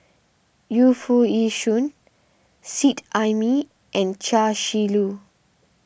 Yu Foo Yee Shoon Seet Ai Mee and Chia Shi Lu